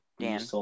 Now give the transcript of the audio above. Dan